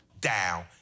down